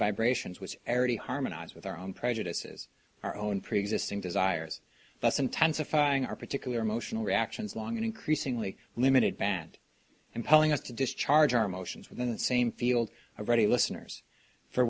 vibrations which era to harmonize with our own prejudices our own preexisting desires that's intensifying our particular emotional reactions long and increasingly limited band and pulling us to discharge our emotions within that same field ready listeners for